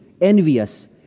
envious